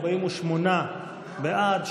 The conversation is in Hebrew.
48 בעד,